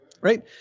right